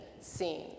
seen